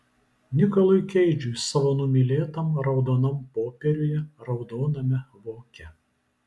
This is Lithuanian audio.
nikolui keidžui savo numylėtam raudonam popieriuje raudoname voke